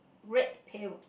red pail